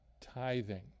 tithing